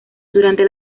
durante